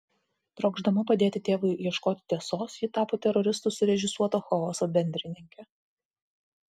trokšdama padėti tėvui ieškoti tiesos ji tapo teroristų surežisuoto chaoso bendrininke